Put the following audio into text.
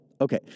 Okay